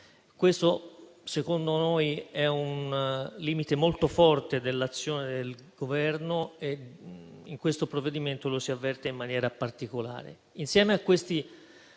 Questo, secondo noi, è un limite molto forte dell'azione del Governo e in questo provvedimento lo si avverte in maniera particolare.